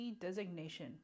Designation